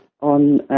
on